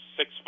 six